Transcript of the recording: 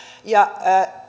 ja